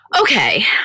Okay